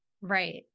Right